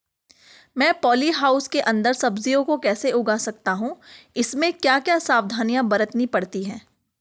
मैं poly house के अन्दर सब्जियों को कैसे उगा सकता हूँ इसमें क्या क्या सावधानियाँ बरतनी पड़ती है?